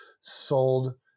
sold